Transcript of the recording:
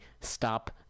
stop